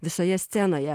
visoje scenoje